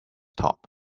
top